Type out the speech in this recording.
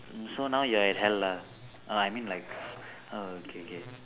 so now you are at hell lah uh I mean like oh K K